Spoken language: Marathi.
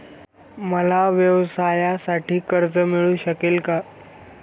मला व्यवसायासाठी कर्ज मिळू शकेल का?